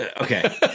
okay